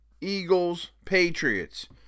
Eagles-Patriots